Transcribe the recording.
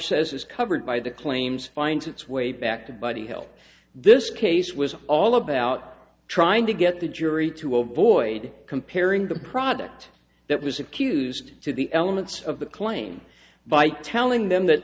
says is covered by the claims finds its way back by the hill this case was all about trying to get the jury to avoid comparing the product that was accused to the elements of the claim by telling them that